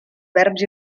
verbs